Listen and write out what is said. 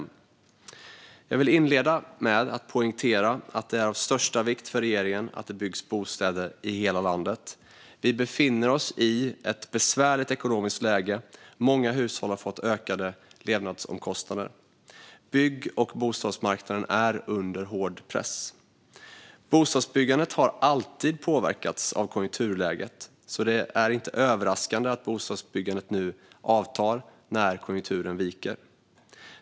Jag vill inleda med att poängtera att det är av största vikt för regeringen att det byggs bostäder i hela landet. Vi befinner oss i ett besvärligt ekonomiskt läge, och många hushåll har fått ökade levnadsomkostnader. Bygg och bostadsmarknaden är under hård press. Bostadsbyggandet har alltid påverkats av konjunkturläget, så det är inte överraskande att bostadsbyggandet nu avtar när konjunkturen viker.